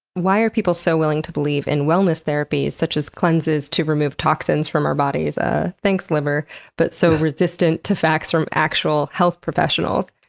why are people so willing to believe in wellness therapies such as cleanses to remove toxins from our bodies ah thanks, liver but so resistant to facts from actual health professionals?